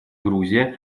грузия